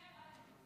ההצעה להעביר את